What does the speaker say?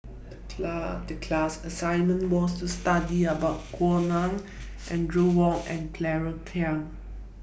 The class assignment was to study about Gao Ning Audrey Wong and Claire Chiang